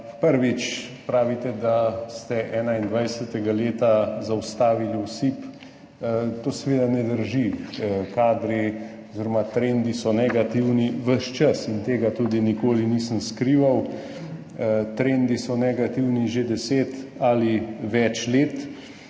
Prvič. Pravite, da ste leta 2021 zaustavili osip. To seveda ne drži. Kadri oziroma trendi so negativni ves čas in tega tudi nikoli nisem skrival. Trendi so negativni že deset ali več let.